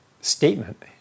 statement